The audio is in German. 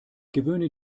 gewöhne